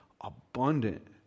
abundant